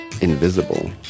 invisible